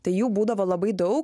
tai jų būdavo labai daug ir